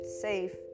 safe